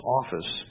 office